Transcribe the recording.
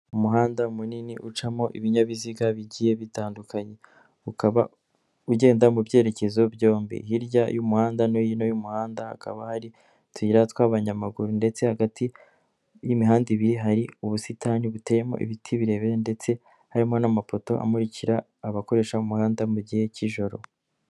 Umuhanda munini ucamo ibinyabiziga bigiye bitandukanye, ukaba ugenda mu byerekezo byombi, hirya y'umuhanda no hino y'umuhanda hakaba hari tuyira tw'abanyamaguru ndetse hagati y'imihanda ibiri, hari ubusitani buteyemo ibiti birebire ndetse harimo n'amapoto amurikira abakoresha umuhanda mu gihe cy'ijoro.